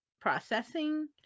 processing